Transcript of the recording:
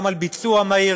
גם על ביצוע מהיר,